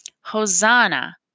Hosanna